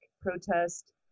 protest